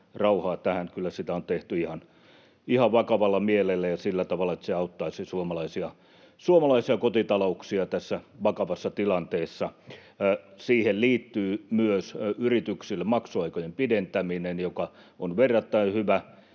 rauhaa tähän. Kyllä sitä on tehty ihan vakavalla mielellä ja sillä tavalla, että se auttaisi suomalaisia kotitalouksia tässä vakavassa tilanteessa. Siihen liittyy myös yrityksille maksuaikojen pidentäminen, joka on verrattain hyvä